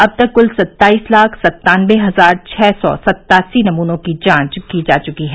अब तक कुल सत्ताईस लाख सत्तानबे हजार छः सौ सत्तासी नमूनों की जांच की जा चुकी है